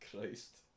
Christ